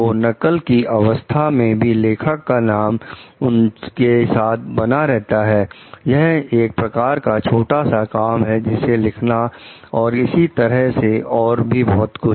तो नकल की अवस्था में भी लेखक का नाम उनके साथ बना रहता है यह एक प्रकार का छोटा सा काम है जैसे लिखना और इसी तरह और भी कुछ